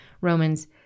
Romans